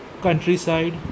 Countryside